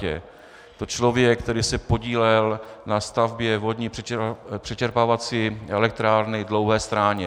Je to člověk, který se podílel na stavbě vodní přečerpávací elektrárny Dlouhé Stráně.